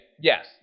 yes